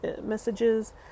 messages